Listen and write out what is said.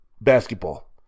basketball